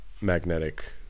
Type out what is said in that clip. magnetic